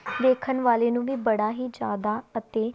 ਦੇਖਣ ਵਾਲੇ ਨੂੰ ਵੀ ਬੜਾ ਹੀ ਜ਼ਿਆਦਾ ਅਤੇ